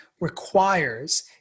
requires –